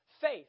faith